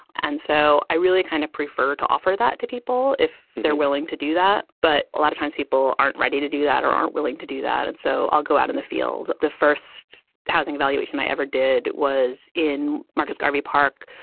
and so i really kind of prefer to offer that to people if they're willing to do that. but a lot of times people aren't ready to do that or aren't willing to do that. and so i'll go out in the field. the first housing evaluation i ever did was in marcus garvey park,